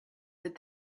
that